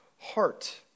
heart